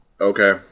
Okay